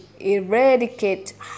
eradicate